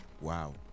Wow